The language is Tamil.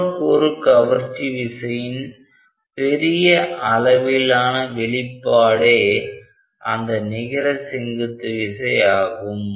மூலக்கூறு கவர்ச்சி விசையின் பெரிய அளவிலான வெளிப்பாடே அந்த நிகர செங்குத்து விசை ஆகும்